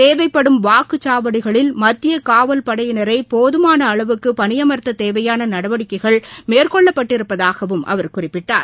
தேவைப்படும் வாக்குச்சாவடிகளில் மத்தியகாவல் படையினரைபோதுமானஅளவுக்குபணியமா்த்ததேவையானநடவடிக்கைகள் மேற்கொள்ளப் பட்டிருப்பதாகவும் அவர் குறிப்பிட்டார்